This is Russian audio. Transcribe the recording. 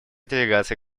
делегаций